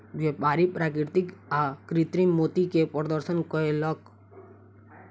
व्यापारी प्राकृतिक आ कृतिम मोती के प्रदर्शन कयलक